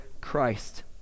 Christ